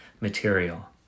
material